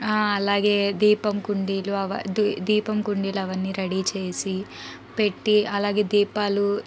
అలాగే దీపం కుండీలు అవా దీపం కుండీలు అవన్నీ రెడీ చేసి పెట్టి అలాగే దీపాలు